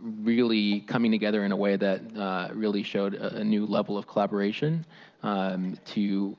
really coming together in a way that really showed a new level of collaboration um to